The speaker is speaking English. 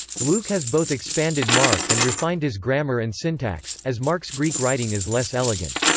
luke has both expanded mark and refined his grammar and syntax, as mark's greek writing is less elegant.